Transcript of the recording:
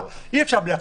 אי אפשר בלי אכיפה.